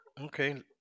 okay